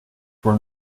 were